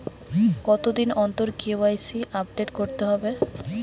কতদিন অন্তর KYC update করতে হবে?